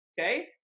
okay